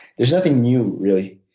there's nothing new, really.